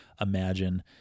imagine